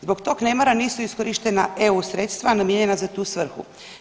Zbog tog nemara nisu iskorištena EU sredstva namijenjena za tu svrhu.